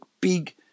big